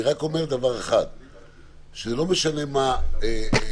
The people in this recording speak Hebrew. אני רק אומר דבר אחד, שלא משנה מה הסיבות.